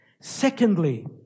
Secondly